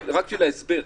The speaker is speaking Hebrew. רק בשביל ההסבר,